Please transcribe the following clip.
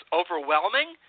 overwhelming